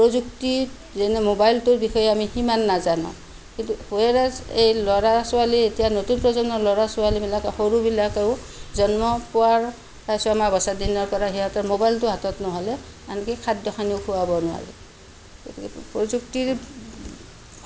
প্ৰযুক্তিৰ যেনে মোবাইলটোৰ বিষয়ে আমি সিমান নাজানোঁ কিন্তু হুৱেৰএজ এই ল'ৰা ছোৱালী এতিয়া নতুন প্ৰজন্মৰ লৰা ছোৱালী বিলাকে সৰু বিলাকেও জন্ম পোৱাৰ ছমাহ পাছৰ দিনৰ পৰা মোবাইলটো হাতত নহ'লে আনকি খাদ্যখিনিও খোৱাব নোৱাৰে প্ৰযুক্তিৰ